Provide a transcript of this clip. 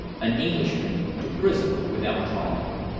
an englishman, to prison without trial.